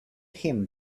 him